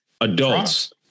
Adults